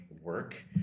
work